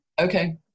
Okay